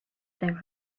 their